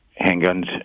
Handguns